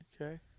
Okay